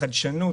החדשנות.